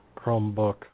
Chromebook